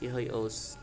یِہوٚے اوس